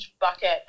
bucket